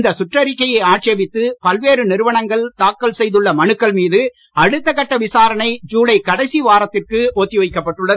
இந்த சுற்றறிக்கையை ஆட்சேபித்து பல்வேறு நிறுவனங்கள் தாக்கல் செய்துள்ள மனுக்கள் மீது அடுத்த கட்ட விசாரணை ஜுலை கடைசி வாரத்திற்கு ஒத்திவைக்கப் பட்டுள்ளது